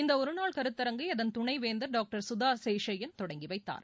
இந்த ஒருநாள் கருத்தரங்கை அதன் துணை வேந்தர் டாக்டர் சுதா சேஷைய்யன் தொடங்கி வைத்தார்